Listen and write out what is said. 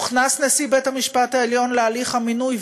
הוכנס נשיא בית-המשפט העליון להליך המינוי,